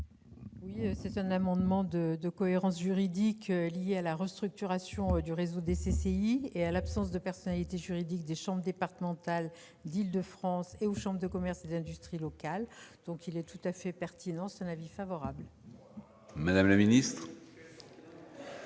? Cet amendement de cohérence juridique, qui est lié à la restructuration du réseau des CCI et à l'absence de personnalité juridique des chambres départementales d'Île-de-France et des chambres de commerce et d'industrie locales, est tout à fait pertinent. L'avis est donc favorable. Quel est